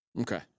Okay